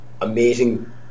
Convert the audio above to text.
amazing